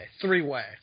Three-way